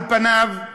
על פניו,